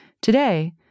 Today